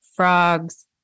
frogs